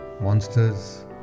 monsters